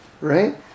Right